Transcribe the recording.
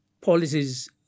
policies